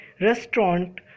restaurant